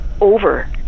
over